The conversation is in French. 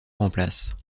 remplace